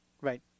right